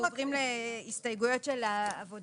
אנחנו עוברים להסתייגויות של העבודה.